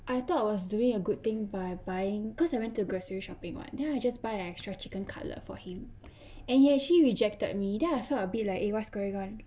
I thought I was doing a good thing by buying because I went to grocery shopping [what] then I just buy an extra chicken cutlet for him and he actually rejected me then I felt a bit like eh what's going on